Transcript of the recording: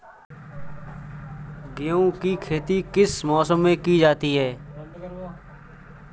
गेहूँ की खेती किस मौसम में की जाती है?